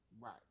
Right